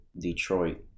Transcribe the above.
Detroit